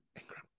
Ingram